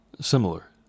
similar